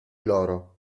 loro